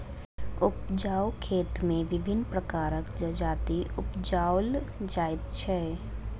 उपजाउ खेत मे विभिन्न प्रकारक जजाति उपजाओल जाइत छै